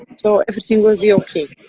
so, everything will be okay.